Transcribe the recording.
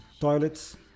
toilets